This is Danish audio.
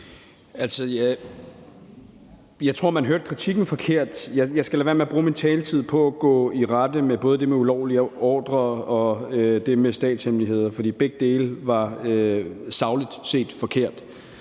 Jeg tror, man hørte kritikken forkert. Jeg skal lade være med at bruge min taletid på at gå i rette med både det med ulovlige ordrer og det med statshemmeligheder, for begge dele var sagligt set forkert.